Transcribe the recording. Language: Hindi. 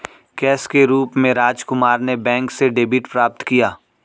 कैश के रूप में राजकुमार ने बैंक से डेबिट प्राप्त किया